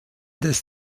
des